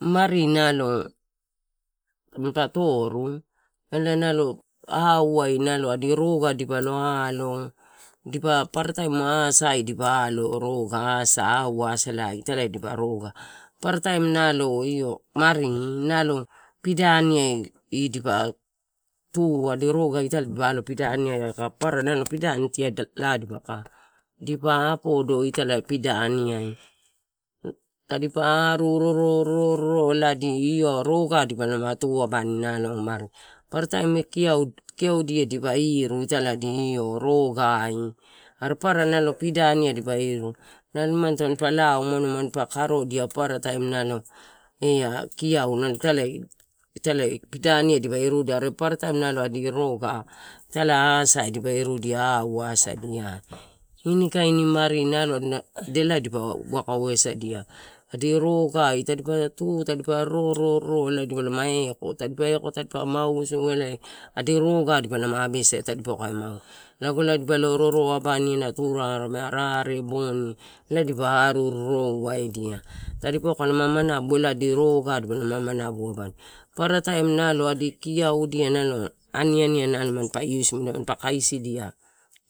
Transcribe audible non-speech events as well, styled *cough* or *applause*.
Mari nalo, mimpa toorom ele nalo a hauwai nalo a diro vadiva lohahalo, dipa parataim ma sait divalo au basa wasalain terei dipa roga. Parataim nalo io marim nalo pidianim idiva, tuai diro gaetel pidania kaka paranal pidania ka dodoka. Dipa a podo i talaia pidaniea. Tadipa roro, roro, roro, roro ladi io roga tipana to a bananan man. Parataim etia ukeu dia dipa io ro utala dia roga in. Parapara naloko pidame dipa eivo. Manman tonpala manman pakaro dieu parataim nalo iea kiau man talaei, i talaei pidadiam ea roga ea parataim nalo di roga, talahahasait beirudia hauasait niar. Nu kaen marina *unintelligible* dilai dipa au hausait dia. Dia roga i tabika ato tabika roro, roro lebulamai apotan pe a potan pamau oso panme di roga batanma bise tan poka mau. Nabulak bano roro aban mean a turameara re bun, letipaha roro wail dia. Tadi po kanama maman abula di rogan a maman a buaban. Paparataim nalo a dikiau dianano, aniani nan man pa use merim pakaisidia